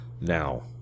Now